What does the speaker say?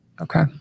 Okay